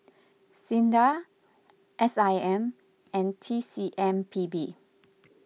Sinda S I M and T C M P B